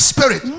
Spirit